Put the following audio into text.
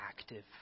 active